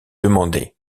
demander